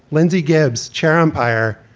lindsay gibbs, chair umpire.